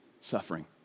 suffering